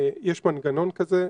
יש מנגנון כזה,